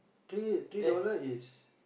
three three dollar is